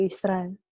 Israel